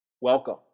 welcome